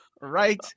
Right